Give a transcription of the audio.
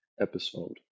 episode